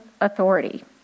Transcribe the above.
authority